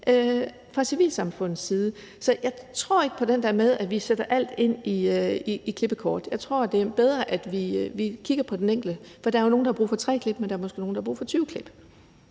fra civilsamfundets side. Så jeg tror ikke på den der med, at vi sætter alt ind på klippekortsordningen, jeg tror, det er bedre, at vi kigger på den enkelte. For der er jo nogle, der har brug for 3 klip, mens der er nogle, der måske har brug for 20 klip.